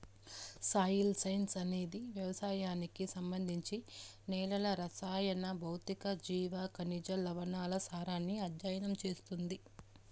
soil science అనేది వ్యవసాయానికి సంబంధించి నేలల రసాయన, భౌతిక, జీవ, ఖనిజ, లవణాల సారాన్ని అధ్యయనం చేస్తుంది